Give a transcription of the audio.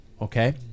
Okay